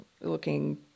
looking